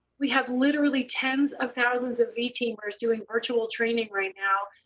we have literally tens of thousands of v teamers doing virtual training right now.